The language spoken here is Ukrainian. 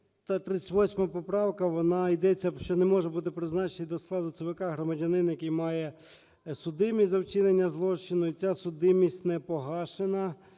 338 поправка, вона йдеться, що не може бути призначений до складу ЦВК громадянин, який має судимість за вчинення злочину і ця судимість не погашена.